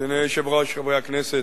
אדוני היושב-ראש, חברי הכנסת,